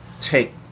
take